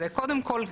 קודם כל,